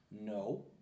No